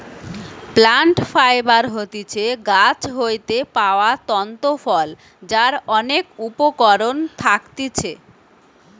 plant fibre হতিছে গাছ হইতে পাওয়া তন্তু ফল যার অনেক উপকরণ থাকতিছে